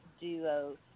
duo